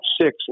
six